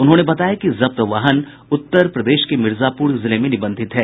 उन्होंने बताया कि जब्त वाहन उत्तर प्रदेश के मिर्जापुर जिले में निबंधित है